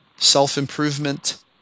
self-improvement